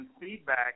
feedback